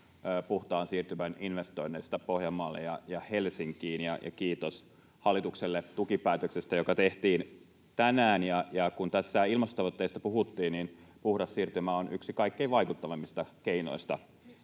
puhtaan siirtymän investoinneista Pohjanmaalle ja Helsinkiin. Kiitos hallitukselle tukipäätöksestä, joka tehtiin tänään. Kun tässä ilmastotavoitteista puhuttiin, niin puhdas siirtymä on yksi kaikkein vaikuttavimmista keinoista